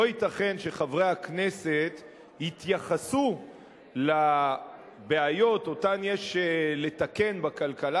לא ייתכן שחברי הכנסת יתייחסו לבעיות שאותן יש לתקן בכלכלה